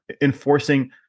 enforcing